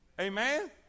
Amen